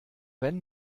wenn